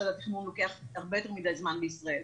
התכנון לוקח הרבה יותר מדי זמן בישראל,